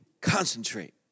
Concentrate